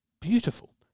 beautiful